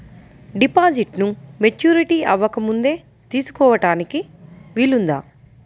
డిపాజిట్ను మెచ్యూరిటీ అవ్వకముందే తీసుకోటానికి వీలుందా?